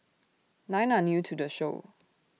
nine are new to the show